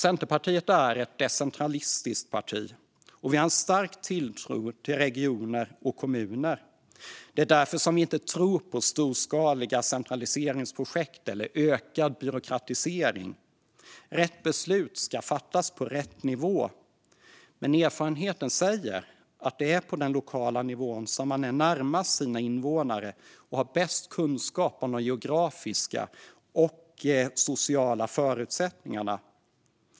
Centerpartiet är ett decentralistiskt parti och har en stark tilltro till regioner och kommuner. Det är därför vi inte tror på storskaliga centraliseringsprojekt eller ökad byråkratisering. Rätt beslut ska fattas på rätt nivå, men erfarenheten säger att det är på den lokala nivån som man är närmast sina invånare och har bäst kunskap om de geografiska och sociala förutsättningarna.